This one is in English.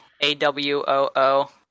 A-W-O-O